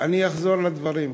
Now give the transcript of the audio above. אני אחזור לדברים.